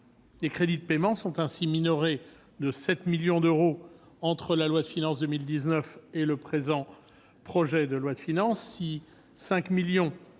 Les crédits de paiement sont ainsi minorés de 7 millions d'euros entre la loi de finances pour 2019 et le présent projet de loi de finances.